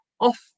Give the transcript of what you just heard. off